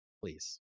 please